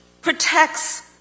protects